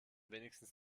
wenigstens